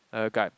a guy